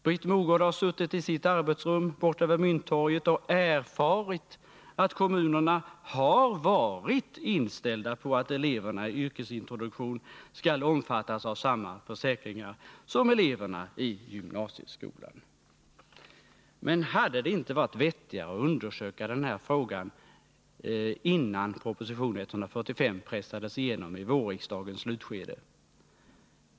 Britt Mogård har suttit i sitt arbetsrum borta vid Mynttorget och ”erfarit” att kommunerna har varit inställda på att eleverna i yrkesintroduktion skall omfattas av samma försäkringar som eleverna i gymnasieskolan. Men hade det inte varit vettigare att undersöka den här frågan innan proposition 145 pressades igenom i riksmötets slutskede i våras?